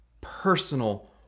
personal